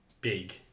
big